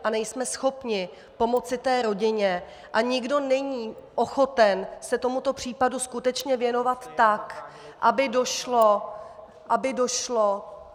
A nejsme schopni pomoci té rodině a nikdo není ochoten se tomuto případu skutečně věnovat tak, aby došlo, aby došlo...